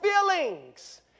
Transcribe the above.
feelings